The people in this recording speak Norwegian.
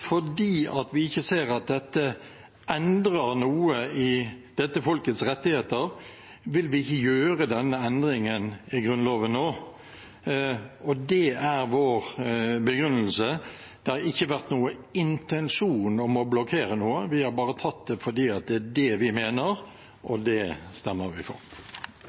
fordi vi ikke ser at dette endrer noe i dette folkets rettigheter, vil vi ikke gjøre denne endringen i Grunnloven nå. Det er vår begrunnelse. Det har ikke vært noen intensjon om å blokkere noe, vi har bare tatt avgjørelsen fordi det er det vi mener, og det stemmer vi for.